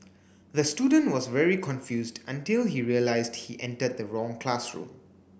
the student was very confused until he realised he entered the wrong classroom